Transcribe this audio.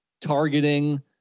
targeting